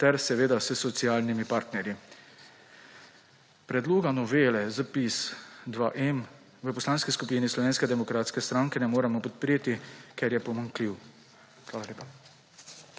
ter s socialnimi partnerji. Predloga novele ZPIZ-2M v Poslanski skupini Slovenske demokratske stranke ne moremo podpreti, ker je pomanjkljiv. Hvala lepa.